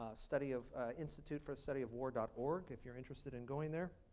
ah study of institute for the study of war dot org if you are interested in going there.